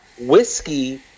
whiskey